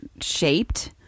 shaped